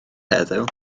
heddiw